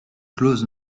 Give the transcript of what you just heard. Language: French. closes